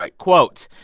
like quote,